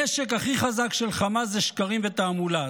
הנשק הכי חזק של חמאס הוא שקרים ותעמולה,